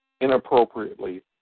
inappropriately